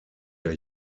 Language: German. der